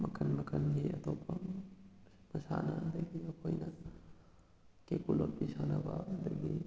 ꯃꯈꯟ ꯃꯈꯟꯒꯤ ꯑꯇꯣꯞꯄ ꯃꯁꯥꯟꯅ ꯑꯗꯒꯤ ꯑꯩꯈꯣꯏꯅ ꯀꯩꯀꯨ ꯂꯣꯠꯄꯤ ꯁꯥꯟꯅꯕ ꯑꯗꯒꯤ